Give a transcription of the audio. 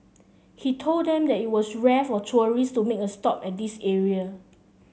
he told them that it was rare for tourists to make a stop at this area